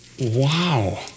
Wow